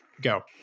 Go